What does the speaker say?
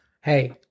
Hey